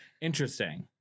Interesting